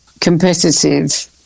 competitive